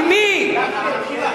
ממי?